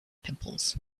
pimples